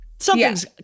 Something's